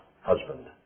husband